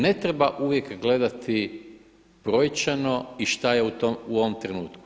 Ne treba uvijek gledati brojčano i šta je u ovom trenutku.